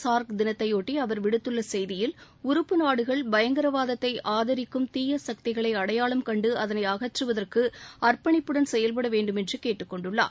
SAARC தினத்தையொட்டி அவர் விடுத்துள்ள செய்தியில் உறுப்பு நாடுகள் பயங்கரவாதத்தை ஆதிக்கும் தீயகக்திகளை அடையாளம் கண்டு அதனை அகற்றுவதற்கு அர்ப்பணிப்புடன் செயல்பட வேண்டுமென்று கேட்டுக் கொண்டுள்ளார்